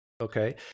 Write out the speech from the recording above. Okay